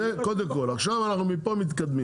זה קודם כל ומפה אנחנו מתקדמים.